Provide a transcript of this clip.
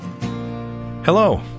Hello